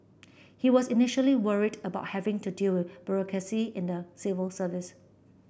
he was initially worried about having to deal with bureaucracy in the civil service